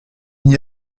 n’y